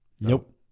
Nope